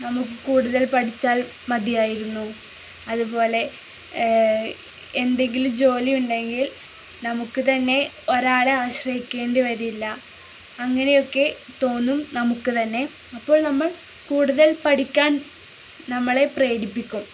നമുക്കു കൂടുതൽ പഠിച്ചാൽ മതിയായിരുന്നു അതുപോലെ എന്തെങ്കിലും ജോലിയുണ്ടെങ്കിൽ നമുക്കു തന്നെ ഒരാളെ ആശ്രയിക്കേണ്ടിവരില്ല അങ്ങനെയൊക്കെ തോന്നും നമുക്കു തന്നെ അപ്പോൾ നമ്മൾ കൂടുതൽ പഠിക്കാൻ നമ്മളെ പ്രേരിപ്പിക്കും